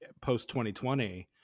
post-2020